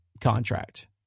contract